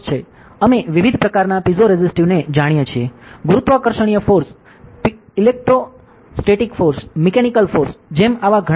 અમે વિવિધ પ્રકારના પીઝોરેસિટીવ ને જાણીએ છીએ ગુરુત્વાકર્ષણીય force electrostatic force mechanical force જેમ આવા ઘણા છે